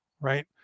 right